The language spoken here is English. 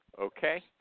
okay